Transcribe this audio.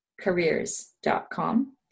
careers.com